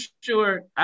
sure